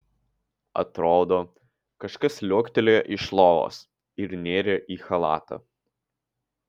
atrodo kažkas liuoktelėjo iš lovos ir nėrė į chalatą